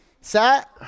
Set